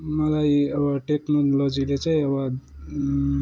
मलाई अब टेक्नोलोजीले चैँ अब अब